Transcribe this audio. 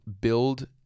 build